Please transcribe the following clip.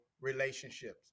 relationships